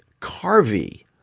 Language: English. Carvey